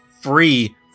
free